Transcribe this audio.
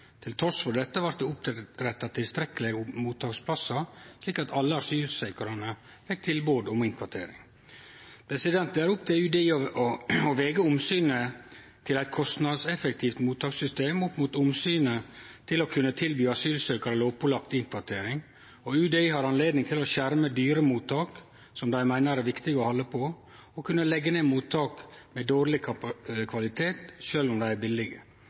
press. Trass i dette blei det oppretta tilstrekkeleg med mottaksplassar, slik at alle asylsøkjarane fekk tilbod om innkvartering. Det er opp til UDI å vege omsynet til eit kostnadseffektivt mottakssystem opp mot omsynet til å kunne tilby asylsøkjarar lovpålagd innkvartering, og UDI har anledning til å skjerme dyre mottak som dei meiner er viktige å halde på, og å kunne leggje ned mottak med dårleg kvalitet sjølv om dei er billige.